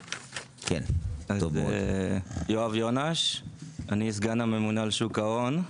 אני סגן הממונה על שוק ההון,